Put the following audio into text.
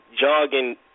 jogging